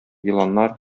еланнар